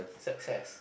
success